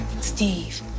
Steve